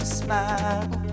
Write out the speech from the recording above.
smile